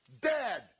dead